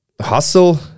hustle